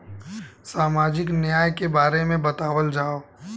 सामाजिक न्याय के बारे में बतावल जाव?